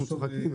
חשוב לי,